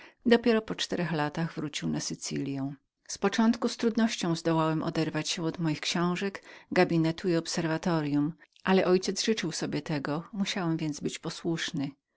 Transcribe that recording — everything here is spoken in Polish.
dopiero po czterech latach wrócił do sycylji z początku z trudnością zdołałem oderwać się od moich książek gabinetu i obserwatoryum ale mój ojciec życzył sobie tego musiałem więc być posłusznym